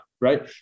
right